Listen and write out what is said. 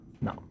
No